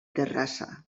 terrassa